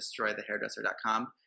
DestroyTheHairDresser.com